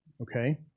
Okay